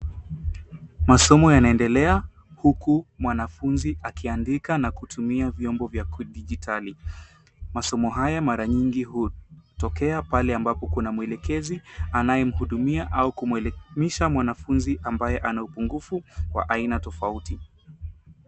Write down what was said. Masomo yanaendelea, huku mwanafunzi akiandika na kutumia vyombo vya kidijitali. Masomo haya mara mingi hutokea pale ambapo kuna mwelekezi anaye mhudumia au kumuelimisha mwanafunzi ambaye ana upungufu wa aina tofauti.